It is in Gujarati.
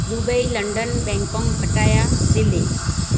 Dubai London Bangkok Pattaya Delhi